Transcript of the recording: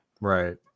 right